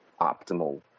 optimal